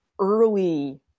early –